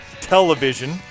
television